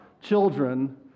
children